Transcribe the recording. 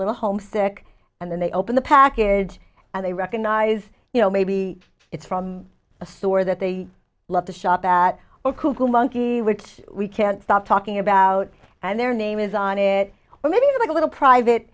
little homesick and then they open the package and they recognize you know maybe it's from a store that they love to shop at or cuckoo monkey which we can't stop talking about and their name is on it or maybe like a little private